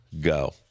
go